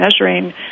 measuring